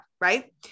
right